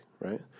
right